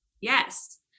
Yes